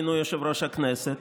מינוי יושב-ראש הכנסת?